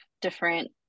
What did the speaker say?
different